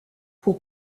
pour